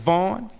Vaughn